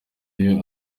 iyo